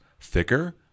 thicker